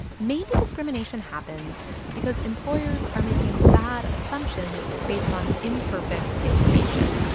maybe discrimination happens because employers are making bad assumptions based on imperfect information.